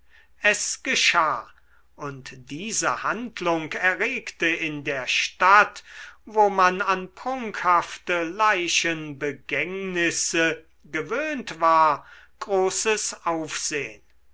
es geschah und diese handlung erregte in der stadt wo man an prunkhafte leichenbegängnisse gewöhnt war großes aufsehn